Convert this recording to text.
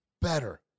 Better